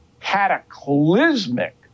cataclysmic